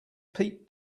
pete